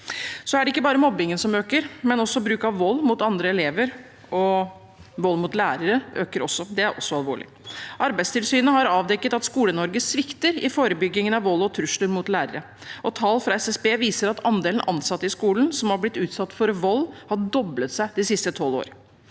skoler 3555 ikke bare mobbingen som øker, men bruk av vold mot andre elever og vold mot lærere øker også. Det er også alvorlig. Arbeidstilsynet har avdekket at Skole-Norge svikter i forebyggingen av vold og trusler mot lærere, og tall fra SSB viser at andelen ansatte i skolen som har blitt utsatt for vold, har doblet seg de siste tolv årene.